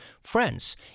friends